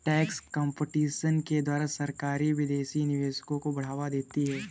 tax competition के द्वारा सरकारी विदेशी निवेश को बढ़ावा देती है